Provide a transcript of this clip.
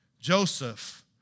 Joseph